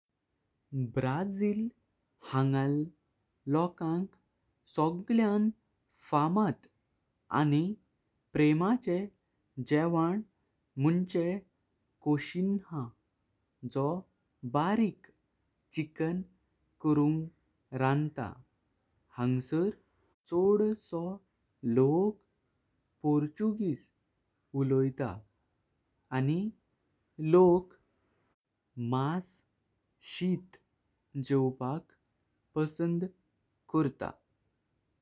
Brazil हांगल्या लोकांक सगळ्यां फामात आनी प्रेमाचे जेवण मुंझे कोक्सिन्हा। जो बारिक चिकन करून रांतात हांग्सार छोडसो लोग पोर्तुगीज उलोयता। आनी लोक मास शीत जेवपाक पसंद करता।